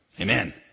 Amen